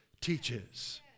teaches